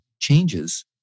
changes